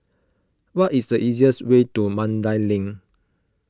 what is the easiest way to Mandai Link